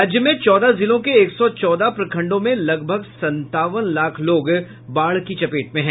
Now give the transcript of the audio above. राज्य में चौदह जिलों के एक सौ चौदह प्रखंडों में लगभग संतावन लाख लोग बाढ़ की चपेट में हैं